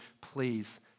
please